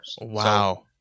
Wow